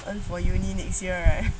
earn for university next year right